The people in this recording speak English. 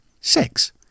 Six